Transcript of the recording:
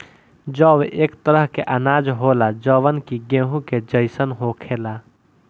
जौ एक तरह के अनाज होला जवन कि गेंहू के जइसन होखेला